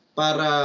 para